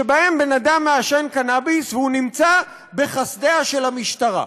שבהם בן-אדם מעשן קנביס והוא נתון לחסדיה של המשטרה.